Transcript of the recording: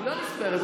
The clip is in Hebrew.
לפרוטוקול.